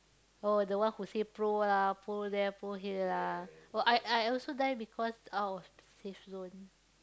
oh the one who say pro lah pro there pro here lah oh I I also die because out of safe zone